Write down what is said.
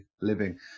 living